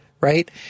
right